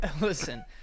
listen